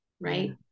right